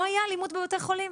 לא תהיה אלימות בבתי חולים.